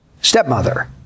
stepmother